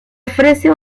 ofrece